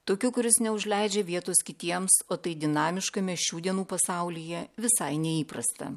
tokiu kuris neužleidžia vietos kitiems o tai dinamiškame šių dienų pasaulyje visai neįprasta